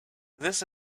this